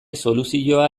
soluzioa